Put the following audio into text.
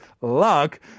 luck